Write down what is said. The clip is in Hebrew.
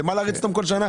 למה להריץ אותם כל שנה?